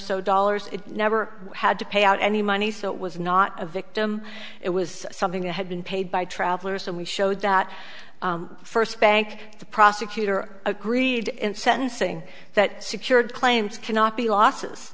so dollars it never had to pay out any money so it was not a victim it was something that had been paid by travelers and we showed that first bank the prosecutor agreed in sentencing that secured names cannot be losses